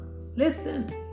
Listen